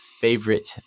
favorite